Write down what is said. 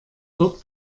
dort